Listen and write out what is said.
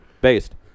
Based